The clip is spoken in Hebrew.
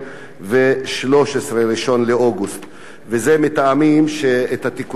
כך שזה יהיה: 1 באוגוסט 2013. זה מטעמים שהתיקונים